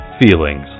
Feelings